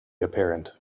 apparent